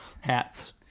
hats